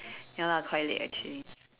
ya lah quite late actually